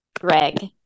Greg